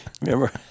remember